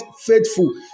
faithful